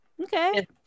okay